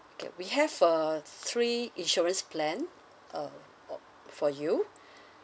okay we have uh three insurance plan uh for you